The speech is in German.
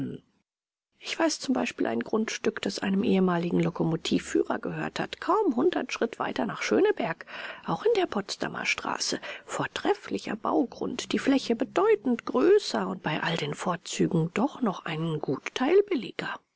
ich weiß zum beispiel ein grundstück das einem ehemaligen lokomotivführer gehört kaum hundert schritt weiter nach schöneberg auch in der potsdamer straße vortrefflicher baugrund die fläche bedeutend größer und bei all den vorzügen doch noch ein gut teil billiger